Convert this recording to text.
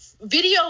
video